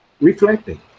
reflecting